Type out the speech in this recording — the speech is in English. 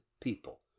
people